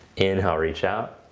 inhale reach out.